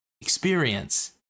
Experience